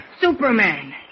Superman